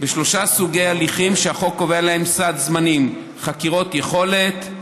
בשלושה סוגי הליכים שהחוק קובע להם סד זמנים: חקירות יכולת,